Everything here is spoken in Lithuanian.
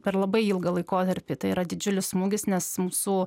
per labai ilgą laikotarpį tai yra didžiulis smūgis nes mūsų